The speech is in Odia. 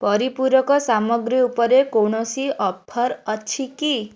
ପରିପୂରକ ସାମଗ୍ରୀ ଉପରେ କୌଣସି ଅଫର୍ ଅଛି କି